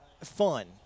fun